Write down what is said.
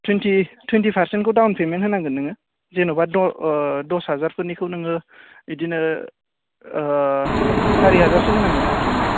twenty पार्सेन्टखौ down payment होनांगोन नोङो जेनेबा दस हाजारफोरनिखौ नोङो बिदिनो सारि हाजारसो होनांगोन आरोखि नोङो